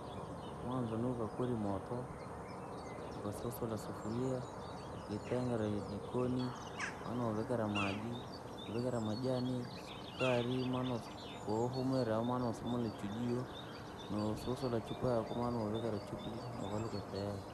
Mwanzo ni wakaakoni ya moto, ukasusula sufuria, ukitengeraa jikonii, maa novikiraa maji, vikiraa majanii, sukarii maana koo wahumwiree amaanosusula ichujiwoo, nosusula chupaa kumwana novikira ichupii no valuka.